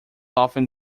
often